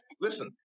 Listen